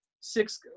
six